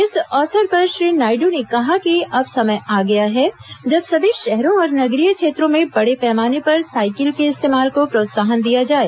इस अवसर पर श्री नायड् ने कहा कि अब समय आ गया है जब सभी शहरों और नगरीय क्षेत्रों में बड़े पैमाने पर साइकिल के इस्तेमाल को प्रोत्साहन दिया जाए